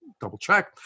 double-check